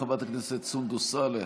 חברת הכנסת סונדוס סאלח,